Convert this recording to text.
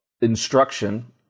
instruction